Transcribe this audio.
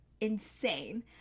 insane